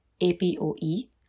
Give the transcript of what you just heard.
APOE